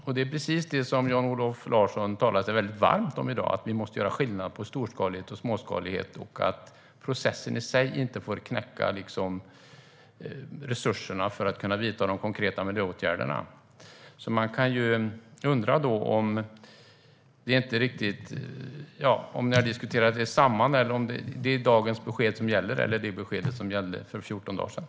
Och det är precis detta Jan-Olof Larsson i dag talar sig väldigt varm för: att vi måste göra skillnad på storskalighet och småskalighet och att processen i sig inte ska få knäcka de resurser man har för att vidta de konkreta miljöåtgärderna. Man kan därför undra om ni inte riktigt har diskuterat samman er. Är det dagens besked som gäller, eller gäller fortfarande det besked som gällde för 14 dagar sedan?